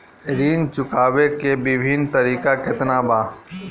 ऋण चुकावे के विभिन्न तरीका केतना बा?